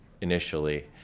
initially